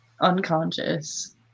unconscious